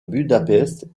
budapest